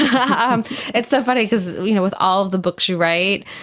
um it's so funny because you know with all of the books you write,